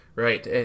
Right